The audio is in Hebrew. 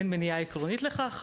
אין מניעה עקרונית לכך,